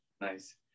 nice